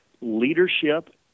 leadership